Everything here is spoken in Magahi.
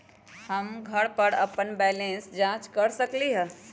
हम घर पर अपन बैलेंस कैसे जाँच कर सकेली?